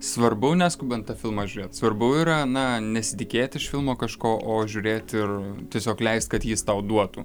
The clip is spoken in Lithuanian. svarbu neskubant tą filmą žiūrėt svarbu yra na nesitikėti iš filmo kažko o žiūrėti ir tiesiog leisti kad jis tau duotų